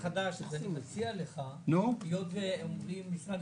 מכיוון שאתה חבר כנסת חדש ומכיוון שמשרד